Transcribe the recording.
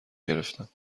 گرفتم